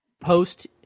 post